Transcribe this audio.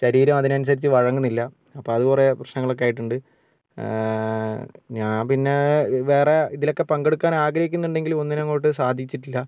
ശരീരം അതിനനുസരിച്ച് വഴങ്ങുന്നില്ല അപ്പോൾ അത് കുറേ പ്രശ്നങ്ങളായിട്ടുണ്ട് ഞാൻ പിന്നെ വേറെ ഇതിലൊക്കെ പങ്കെടുക്കാൻ ആഗ്രഹിക്കുന്നുണ്ടെങ്കിലും ഒന്നിനുമങ്ങോട്ട് സാധിച്ചിട്ടില്ല